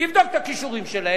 תבדוק את הכישורים שלהם,